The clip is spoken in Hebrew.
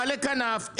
בעלי כנף,